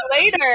later